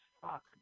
Fuck